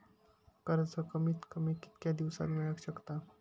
कर्ज कमीत कमी कितक्या दिवसात मेलक शकता?